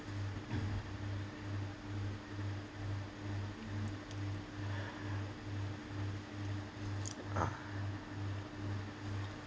ah